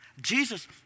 Jesus